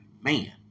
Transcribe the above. man